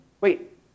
wait